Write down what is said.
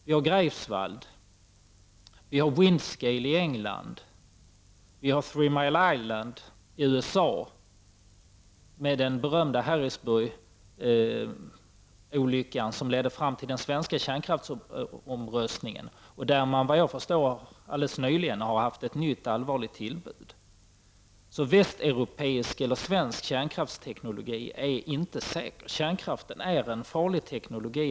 Andra exempel är Greifswald, Windscale i England, och Three mile island i USA med den berömda Harrisburgolyckan som ledde fram till den svenska kärnkraftsomröstningen. Såvitt jag förstår har man där haft ett nytt allvarligt tillbud. Så västeuropisk eller svensk kärnkraftsteknologi är inte säker. Kärnkraften är en farlig teknologi.